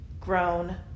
grown